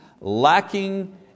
lacking